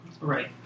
Right